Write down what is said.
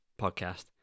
podcast